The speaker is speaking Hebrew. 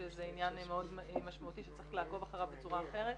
שזה עניין מאוד משמעותי שצריך לעקוב אחריו בצורה אחרת,